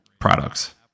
products